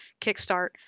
Kickstart